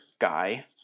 guy